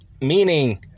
Meaning